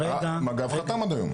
מג"ב חתם עד היום.